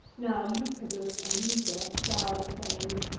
now lucagus and liger scour the plains,